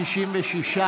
66,